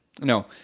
No